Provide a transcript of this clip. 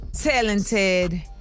talented